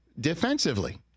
defensively